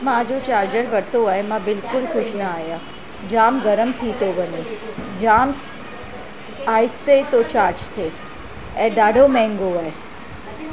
मूं जो चार्जर वरितो आहे मां बिल्कुलु ख़ुशि न आहियां जाम गरमु थी थो वञे जाम आहिस्ते थो चार्ज थिए ऐं ॾाढो महांगो आहे